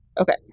okay